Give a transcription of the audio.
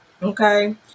Okay